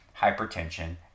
hypertension